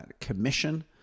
Commission